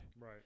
Right